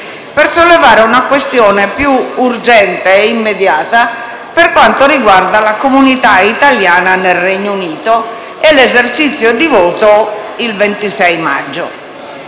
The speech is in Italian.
per sollevare una questione più urgente e immediata, riguardante la comunità italiana nel Regno Unito e l'esercizio di voto per le elezioni